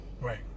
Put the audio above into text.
Right